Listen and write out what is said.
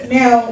Now